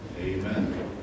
Amen